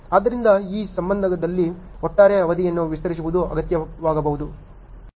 ಆದ್ದರಿಂದ ಈ ಸಂದರ್ಭಗಳಲ್ಲಿ ಒಟ್ಟಾರೆ ಅವಧಿಯನ್ನು ವಿಸ್ತರಿಸುವುದು ಅಗತ್ಯವಾಗಬಹುದು